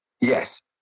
Yes